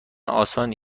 آسانی